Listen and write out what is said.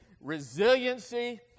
resiliency